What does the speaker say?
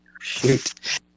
Shoot